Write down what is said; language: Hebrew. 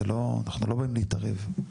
אנחנו לא באים להתערב,